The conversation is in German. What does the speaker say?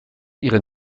ihren